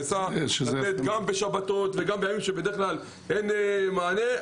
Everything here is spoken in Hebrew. לתת גם בשבתות וגם בימים שבדרך כלל אין מענה,